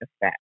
effect